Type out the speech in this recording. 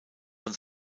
von